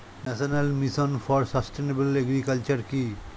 National mission for sustainable agriculture কি?